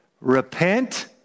Repent